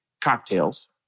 cocktails